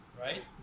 right